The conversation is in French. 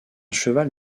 cheval